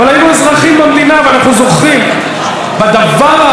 אבל היינו אזרחים במדינה ואנחנו זוכרים את הדבר,